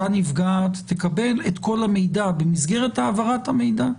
אותה נפגעת תקבל את כל המידע במסגרת העברת המידע,